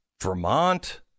Vermont